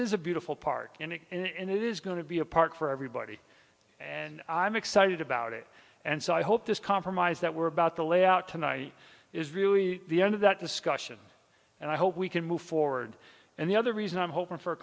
is a beautiful park and it is going to be a park for everybody and i'm excited about it and so i hope this compromise that we're about to lay out tonight is really the end of that discussion and i hope we can move forward and the other reason i'm hoping for a